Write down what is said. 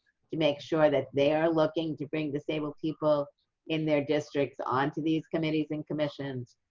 to make sure that they are looking to bring disabled people in their districts onto these committees and commissions,